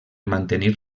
mantenir